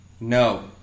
No